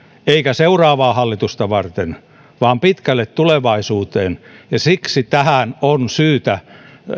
eikä seuraavaa hallitusta varten vaan pitkälle tulevaisuuteen ja siksi tähän on syytä